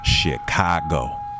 Chicago